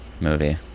movie